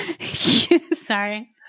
Sorry